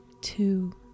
Two